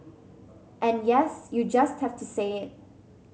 and yes you just have to say it